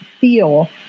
feel